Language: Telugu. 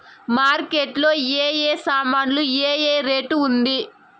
మార్కెట్ లో ఏ ఏ సామాన్లు ఏ ఏ రేటు ఉంది?